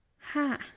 Ha